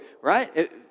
right